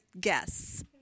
guess